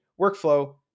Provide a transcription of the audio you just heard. workflow